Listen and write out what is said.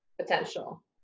potential